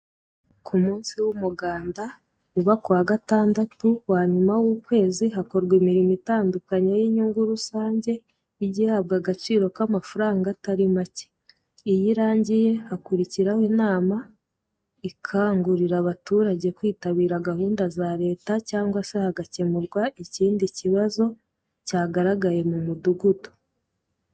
Ku munsi w'umuganda uba ku wa Gatandatu wa nyuma w'ukwezi, hakorwa imirimo itandukanye y'inyungu rusange, ijya ihabwa agaciro k'amafaranga atari make, iyo irangiye hakurikiraho inama ikangurira abaturage kwitabira gahunda za Leta cyangwa se hagakemurwa ikindi kibazo cyagaragaye mu mudugudu.